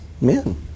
men